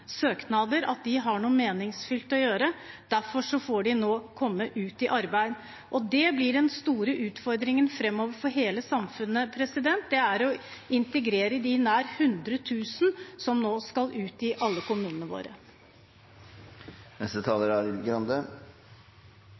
søknader, har noe meningsfylt å gjøre. Derfor får de nå komme ut i arbeid. Det blir den store utfordringen framover for hele samfunnet: å integrere de nær 100 000 som nå skal ut i alle kommunene